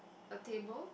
a table